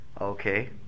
Okay